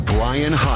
Brian